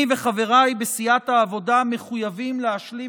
אני וחבריי בסיעת העבודה מחויבים להשלים